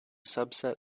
subset